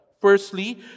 firstly